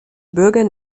bürgern